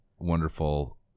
wonderful